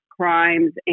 crimes